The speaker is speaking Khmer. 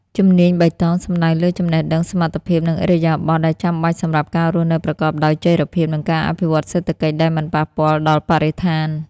ជំនាញបៃតងសំដៅលើចំណេះដឹង សមត្ថភាព និងឥរិយាបថដែលចាំបាច់សម្រាប់ការរស់នៅប្រកបដោយចីរភាព និងការអភិវឌ្ឍន៍សេដ្ឋកិច្ចដែលមិនប៉ះពាល់ដល់បរិស្ថាន។